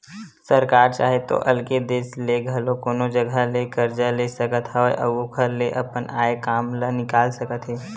सरकार चाहे तो अलगे देस ले घलो कोनो जघा ले करजा ले सकत हवय अउ ओखर ले अपन आय काम ल निकाल सकत हे